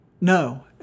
no